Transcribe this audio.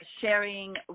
sharing